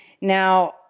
Now